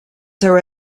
there